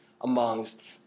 amongst